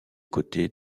côtés